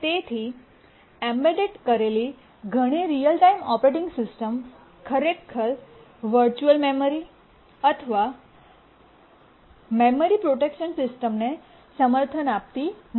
તેથી એમ્બેડ કરેલી ઘણી રીઅલ ટાઇમ ઓપરેટિંગ સિસ્ટમ્સ ખરેખર વર્ચુઅલ મેમરી અને મેમરી પ્રોટેક્શન સિસ્ટમ્સને સમર્થન આપતી નથી